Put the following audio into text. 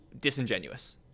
disingenuous